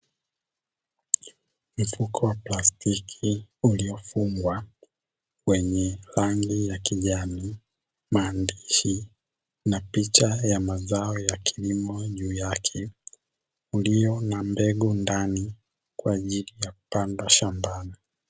Mfuko wa plastiki uliofungwa wenye rangi ya kijani, maandishi, na picha ya mazao ya kilimo juu yake, ulio na mbegu ndani kwa ajili ya kupanda shambani.